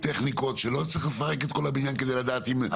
טכניקות ולא צריך לפרק את כל הבניין בשביל לדעת אם הוא מסוכן.